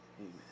Amen